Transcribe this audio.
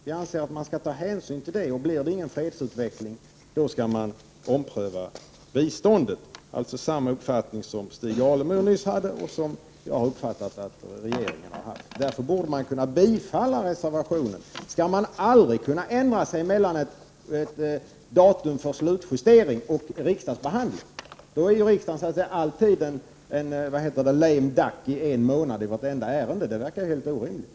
Vi anser att man skall ta hänsyn till det. Blir det ingen fredsutveckling skall biståndet omprövas. Det är alltså samma uppfattning som Stig Alemyr nyss redovisade och som jag har uppfattat att regeringen har. Därför borde reservationen kunna bifallas. Skall man aldrig kunna ändra sig mellan